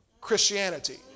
Christianity